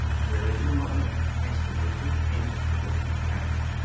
where is your mother? asked the wizard, anxiously looking around.